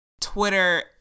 Twitter